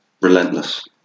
Relentless